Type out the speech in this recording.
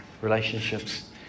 relationships